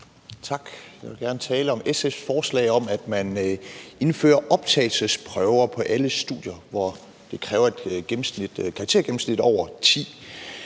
Tak. Jeg vil gerne tale om SF's forslag om, at man indfører optagelsesprøver på alle studier, hvor der kræves et karaktergennemsnit på over 10.